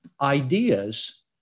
ideas